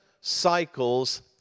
cycles